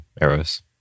arrows